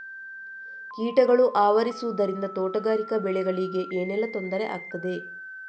ಕೀಟಗಳು ಆವರಿಸುದರಿಂದ ತೋಟಗಾರಿಕಾ ಬೆಳೆಗಳಿಗೆ ಏನೆಲ್ಲಾ ತೊಂದರೆ ಆಗ್ತದೆ?